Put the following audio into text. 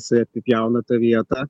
jisai apipjauna tą vietą